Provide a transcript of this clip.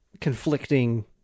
conflicting